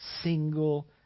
single